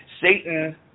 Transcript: Satan